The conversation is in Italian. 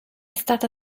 stata